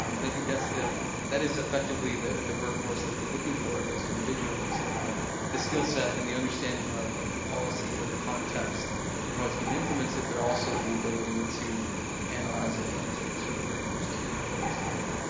um and i think that is effectively the the work force that we're looking for, those individuals that have the skill set and the understanding of of the policy or the context and how it's being implemented, but also the ability to analyze it and to sort of bring those two worlds together.